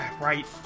right